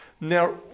Now